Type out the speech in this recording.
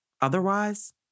Otherwise